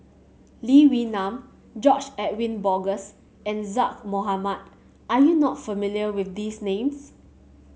Lee Wee Nam George Edwin Bogaars and Zaqy Mohamad are you not familiar with these names